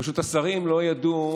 פשוט השרים לא ידעו,